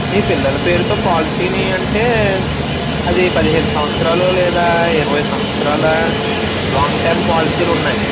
మీ పిల్లల పేరుతో పాలసీనీ అంటే అది పదిహేను సంవత్సరాలు లేదా ఇరవై సంవత్సరాల లాంగ్ టర్మ్ పాలసీలున్నాయి